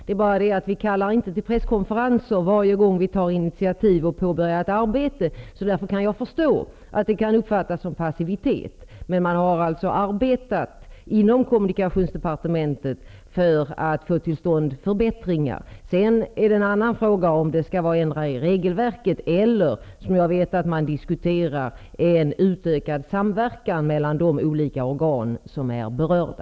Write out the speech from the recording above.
Men vi kallar inte till presskonferens varje gång vi tar initiativ och påbörjar ett arbete. Därför kan jag förstå att det kan uppfattas som passivitet. Men man har alltså inom kommunikationsdepartementet arbetat för att få till stånd förbättringar. Sedan är det en annan fråga om det skall ändras i regelverket eller, som jag vet att man diskuterar, om det skall vara en utökad samverkan mellan de olika organ som är berörda.